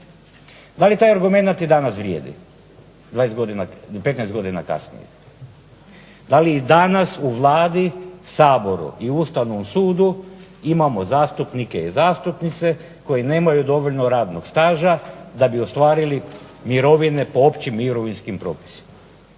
Da li taj argumenat i danas vrijedi, 20 godina, 15 godina kasnije? Da li i danas u Vladi, Saboru i Ustavnom sudu imamo zastupnike i zastupnice koji nemaju dovoljno radnog staža da bi ostvarili mirovine po općim mirovinskim propisima?